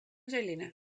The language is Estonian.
selline